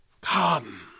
Come